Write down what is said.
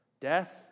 Death